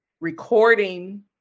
recording